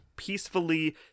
peacefully